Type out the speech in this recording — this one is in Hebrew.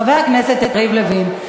חבר הכנסת יריב לוין.